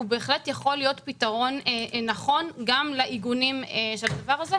הוא בהחלט יכול להיות פתרון נכון גם לעיגונים של הדבר הזה.